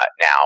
now